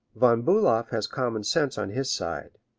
von bulow has common sense on his side.